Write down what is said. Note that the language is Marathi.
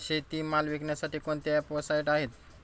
शेतीमाल विकण्यासाठी कोणते ॲप व साईट आहेत?